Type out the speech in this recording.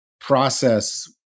process